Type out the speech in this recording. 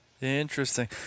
Interesting